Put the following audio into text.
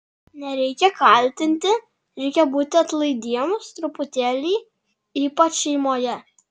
nereikia kaltinti reikia būti atlaidiems truputėlį ypač šeimoje